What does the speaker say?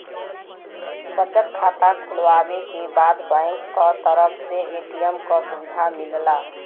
बचत खाता खुलवावे के बाद बैंक क तरफ से ए.टी.एम क सुविधा मिलला